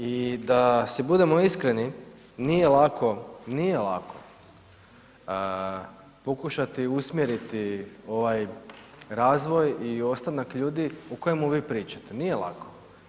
I da si budemo iskreni nije lako, nije lako pokušati usmjeriti ovaj razvoj i ostanak ljudi o kojemu vi pričate, nije lako.